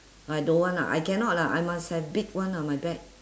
I don't want lah I cannot lah I must have big one lah my bag